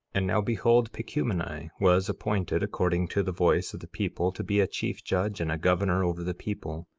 and now behold, pacumeni was appointed, according to the voice of the people, to be a chief judge and governor over the people,